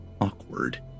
awkward